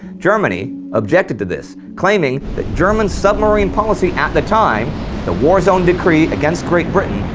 germany objected to this, claiming that german submarine policy at the time the war-zone decree against great britain,